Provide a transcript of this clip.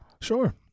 sure